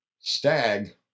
stag